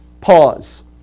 Pause